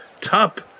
top